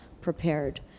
prepared